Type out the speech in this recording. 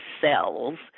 cells